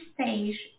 stage